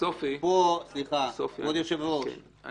כבוד היושב ראש,